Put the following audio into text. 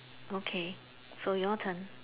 okay so your turn